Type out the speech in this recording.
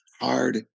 hard